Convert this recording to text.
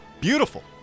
beautiful